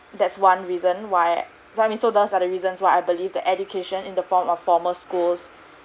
that's one reason why so I mean so those are the reasons why I believe the education in the form of formal schools